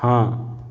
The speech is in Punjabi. ਹਾਂ